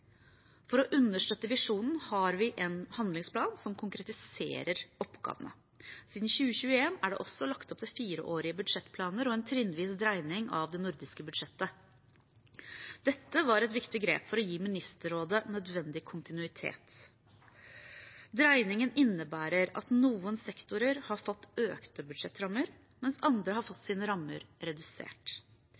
for Europa og verden. For å understøtte visjonen har vi en handlingsplan som konkretiserer oppgavene. Siden 2021 er det også lagt opp til fireårige budsjettplaner og en trinnvis dreining av det nordiske budsjettet. Dette var et viktig grep for å gi ministerrådet nødvendig kontinuitet. Dreiningen innebærer at noen sektorer har fått økte budsjettrammer, mens andre har fått sine rammer redusert.